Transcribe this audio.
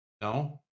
no